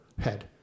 head